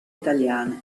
italiane